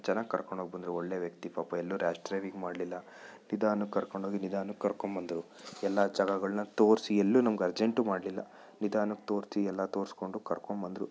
ಚೆನ್ನಾಗಿ ಕರ್ಕೊಂಡು ಹೋಗಿ ಬಂದರು ಒಳ್ಳೆ ವ್ಯಕ್ತಿ ಪಾಪ ಎಲ್ಲೂ ರ್ಯಾಶ್ ಡ್ರೈವಿಂಗ್ ಮಾಡಲಿಲ್ಲ ನಿಧಾನಕ್ಕೆ ಕರ್ಕೊಂಡು ಹೋಗಿ ನಿಧಾನಕ್ಕೆ ಕರ್ಕೊಂಡು ಬಂದರು ಎಲ್ಲ ಜಾಗಗಳನ್ನು ತೋರಿಸಿ ಎಲ್ಲೂ ನಮ್ಗೆ ಅರ್ಜೆಂಟು ಮಾಡಲಿಲ್ಲ ನಿಧಾನಕ್ಕೆ ತೋರಿಸಿ ಎಲ್ಲ ತೋರಿಸ್ಕೊಂಡು ಕರ್ಕೊಂಡು ಬಂದರು